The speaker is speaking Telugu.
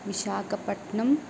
విశాఖపట్నం